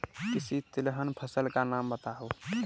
किसी तिलहन फसल का नाम बताओ